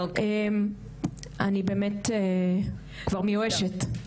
אני באמת כבר מיואשת.